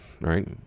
right